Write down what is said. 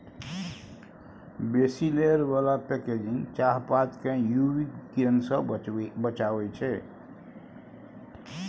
बेसी लेयर बला पैकेजिंग चाहपात केँ यु वी किरण सँ बचाबै छै